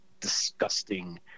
disgusting